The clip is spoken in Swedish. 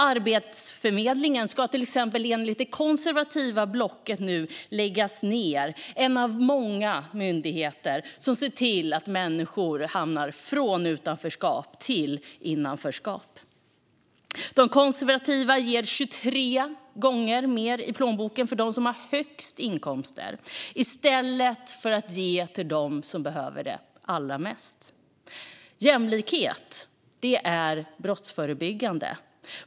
Arbetsförmedlingen ska till exempel enligt det konservativa blocket nu läggas ned - en av många myndigheter som ser till att människor kommer från utanförskap till innanförskap. De konservativa ger 23 gånger mer i plånboken för dem som har högst inkomster i stället för att ge till dem som behöver det allra mest. Jämlikhet är brottsförebyggande.